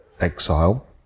exile